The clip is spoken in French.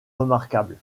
remarquables